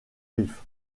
griffes